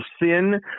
sin